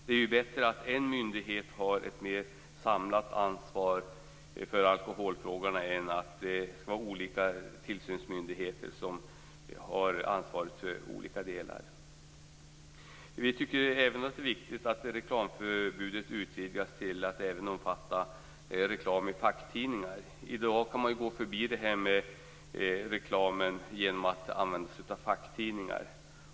Det är ju bättre att en myndighet har ett samlat ansvar för alkoholfrågorna än att olika tillsynsmyndigheter ansvarar för olika delar. Vi tycker också att det är viktigt att reklamförbudet utvidgas till att även omfatta reklam i facktidningar. I dag kan man gå förbi reklamreglerna genom att använda sig av facktidningar.